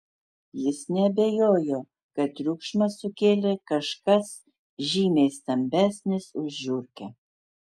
jis neabejojo kad triukšmą sukėlė kažkas žymiai stambesnis už žiurkę